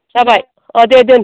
जाबाय अह दे दोन